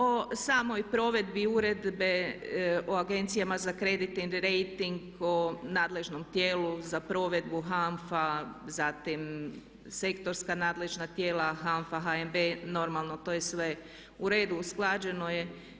O samoj provedbi Uredbe o agencijama za kreditni rejting, o nadležnom tijelu za provedbu HANFA, zatim sektorska nadležna tijela HANFA, HNB normalno to je sve u redu, usklađeno je.